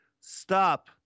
Stop